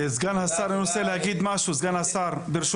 סגן השר, אני רוצה להגיד משהו, ברשותך.